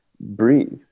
breathe